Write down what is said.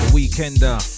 Weekender